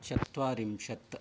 चत्वारिंशत्